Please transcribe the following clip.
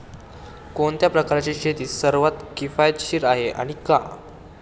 कोणत्या प्रकारची शेती सर्वात किफायतशीर आहे आणि का?